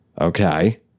Okay